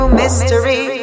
mystery